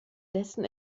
dessen